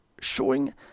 showing